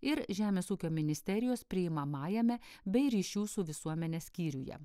ir žemės ūkio ministerijos priimamajame bei ryšių su visuomene skyriuje